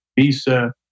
visa